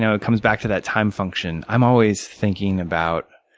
it comes back to that time function. i'm always thinking about,